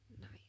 Nice